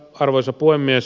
arvoisa puhemies